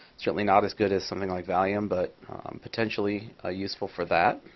certainly not as good as something like valium, but potentially ah useful for that.